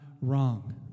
wrong